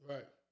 Right